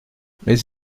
mais